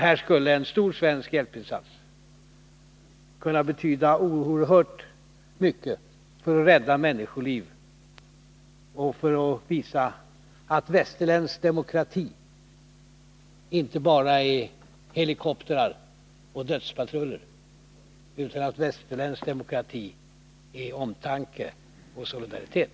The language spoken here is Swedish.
Här skulle en stor svensk hjälpinsats kunna betyda oerhört mycket för att rädda människoliv och för att visa att västerländsk demokrati inte bara är helikoptrar och dödspatruller, utan att västerländsk demokrati är omtanke och solidaritet.